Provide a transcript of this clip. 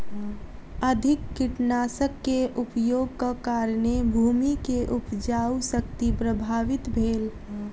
अधिक कीटनाशक के उपयोगक कारणेँ भूमि के उपजाऊ शक्ति प्रभावित भेल